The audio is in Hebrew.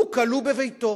הוא כלוא בביתו.